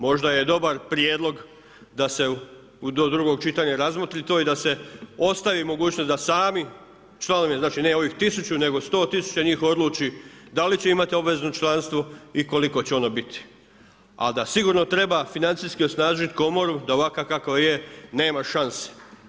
Možda je dobar prijedlog da se do drugog čitanja razmotri to i da se ostavi mogućnost da sami članovi, znači ne ovih 1000 nego 100 000 njih odluči da li će imati obvezno članstvo i koliko će ono biti a da sigurno treba financijski osnažiti komoru, da ovakva kakva je nema šanse.